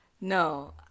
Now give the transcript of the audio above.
No